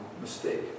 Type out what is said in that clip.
mistake